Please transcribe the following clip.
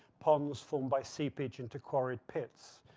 pongs formed by seepage into quarried pits.